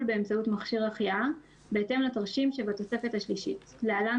באמצעות מכשיר החייאה בהתאם לתרשים שבתוספת השלישית (להלן,